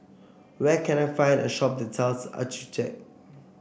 where can I find a shop that sells Accucheck